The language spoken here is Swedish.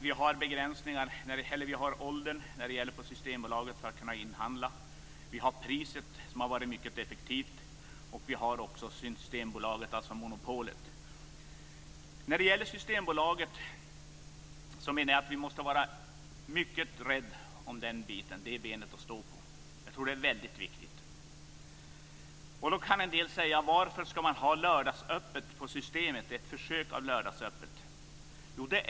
Vi har åldersbegränsningar när det gäller att inhandla alkohol på Systembolaget, vi har prispolitiken, som har varit mycket effektiv, och vi har också Systembolagets monopol. När det gäller Systembolaget menar jag att vi måste vara mycket rädda om det benet att stå på. Jag tror att det är väldigt viktigt. En del kan fråga: Varför ska man ha ett försök med lördagsöppet på Systemet?